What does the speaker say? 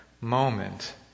moment